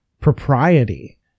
propriety